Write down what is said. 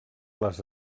les